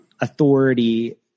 authority